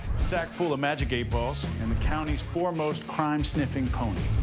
sack full of magic eight balls, and the county's foremost crime sniffing pony.